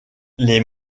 les